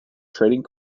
trading